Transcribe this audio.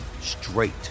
straight